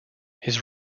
his